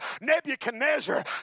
Nebuchadnezzar